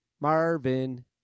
Marvin